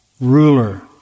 ruler